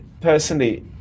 personally